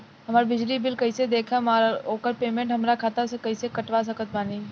हमार बिजली बिल कईसे देखेमऔर आउर ओकर पेमेंट हमरा खाता से कईसे कटवा सकत बानी?